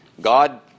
God